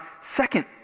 second